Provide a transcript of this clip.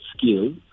skill